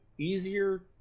easier